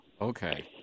Okay